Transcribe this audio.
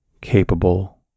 capable